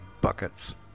buckets